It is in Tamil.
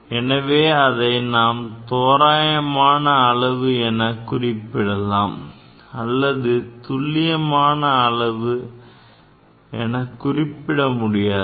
எனவே அதை நாம் தோராயமான அளவு எனக் குறிப்பிடலாம் ஆனால் துல்லியமான அளவு என குறிப்பிட முடியாது